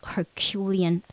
Herculean